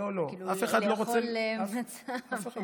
כאילו, לאכול מצה.